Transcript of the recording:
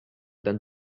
that